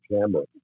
camera